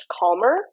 calmer